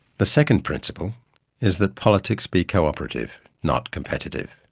the second principle is that politics be cooperative not competitive.